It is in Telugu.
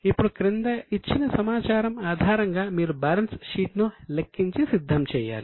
ఇప్పుడు క్రింద ఇచ్చిన సమాచారం ఆధారంగా మీరు బ్యాలెన్స్ షీట్ ను లెక్కించి సిద్ధం చేయాలి